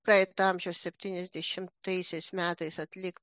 praeito amžiaus septyniasdešimtaisiais metais atlik